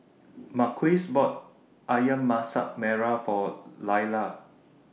Marquise bought Ayam Masak Merah For Lailah